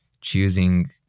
choosing